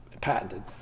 patented